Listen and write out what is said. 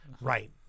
Right